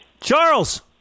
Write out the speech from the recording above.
Charles